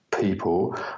people